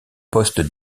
poste